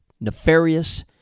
nefarious